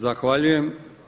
Zahvaljujem.